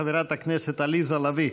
חברת הכנסת עליזה לביא,